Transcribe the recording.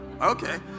okay